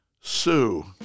Sue